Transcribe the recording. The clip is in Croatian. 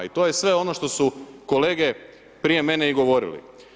I to je sve ono što su kolege prije mene i govorili.